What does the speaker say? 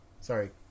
Sorry